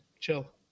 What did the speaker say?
Chill